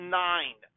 nine